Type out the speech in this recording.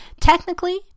Technically